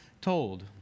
told